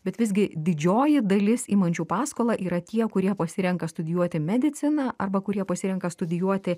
bet visgi didžioji dalis imančių paskolą yra tie kurie pasirenka studijuoti mediciną arba kurie pasirenka studijuoti